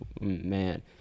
man